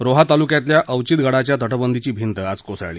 रोहा ताल्क्यातल्या अवचितगडाच्या तटबंदीची भिंत आज कोसळली